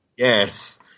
Yes